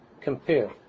compare